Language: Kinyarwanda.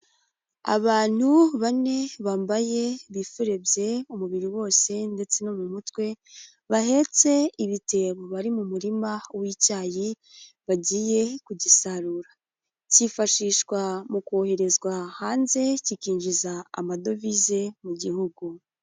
Abantu bane bambaye bifurebye umubiri wose ndetse no mu mutwe, bahetse ibitebo bari mu murima w'icyayi bagiye kugisarura, kifashishwa mu koherezwa hanze kikinjiza amadovize mu gihugu.